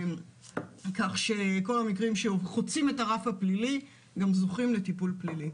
כך שכל המקרים שחוצים את הרף הפלילי גם זוכים לטיפול פלילי.